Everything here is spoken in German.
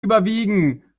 überwiegen